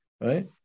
right